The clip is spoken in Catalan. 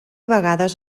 vegades